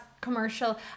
commercial